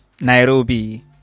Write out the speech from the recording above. nairobi